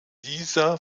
dieser